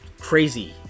crazy